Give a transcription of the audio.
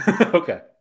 okay